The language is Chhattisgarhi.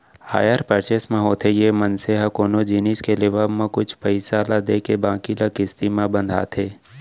हायर परचेंस म होथे ये मनसे ह कोनो जिनिस के लेवब म कुछ पइसा ल देके बाकी ल किस्ती म बंधाथे